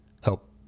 help